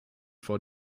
vor